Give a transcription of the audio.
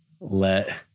Let